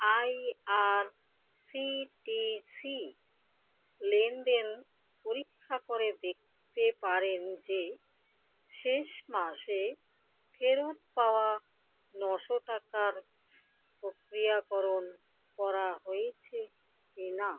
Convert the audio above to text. I R C T C লেনদেন পরীক্ষা করে দেখতে পারেন যে শেষ মাসে ফেরত পাওয়া নশো টাকার প্রক্রিয়াকরণ করা হয়েছে কিনা